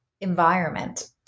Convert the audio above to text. environment